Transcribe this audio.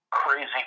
crazy